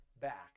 back